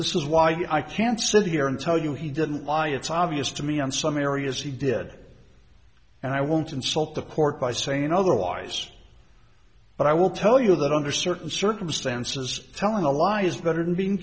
this is why i can't sit here and tell you he didn't lie it's obvious to me on some areas he did and i won't insult the court by saying otherwise but i will tell you that under certain circumstances telling a lie is better than being